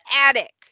attic